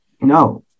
no